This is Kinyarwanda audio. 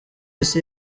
isi